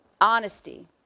honesty